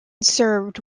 served